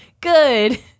good